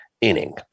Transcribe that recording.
inning